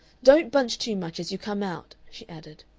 don't bunch too much as you come out, she added.